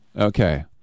Okay